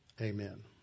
Amen